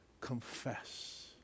confess